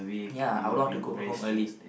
ya I wouldn't want to go home early